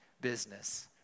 business